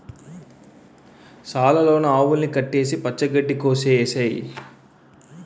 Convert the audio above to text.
సాల లోన ఆవుల్ని కట్టేసి పచ్చ గడ్డి కోసె ఏసేయ్